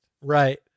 right